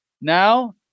Now